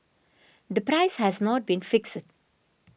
the price has not been fixed